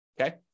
okay